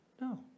No